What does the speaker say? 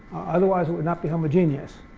otherwise, it would not be homogeneous.